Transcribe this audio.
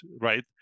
right